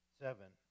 seven